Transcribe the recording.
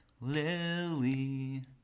lily